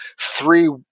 three